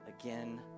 again